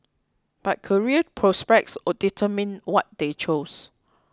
but career prospects determined what they chose